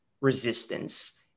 resistance